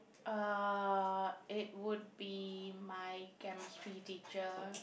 uh it would be my Chemistry teacher